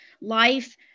life